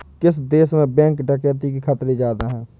किस देश में बैंक डकैती के खतरे ज्यादा हैं?